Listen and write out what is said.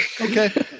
okay